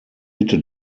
bitte